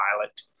pilot